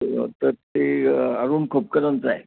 तं ते अरूण खोपकरांचं आहे